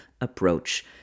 approach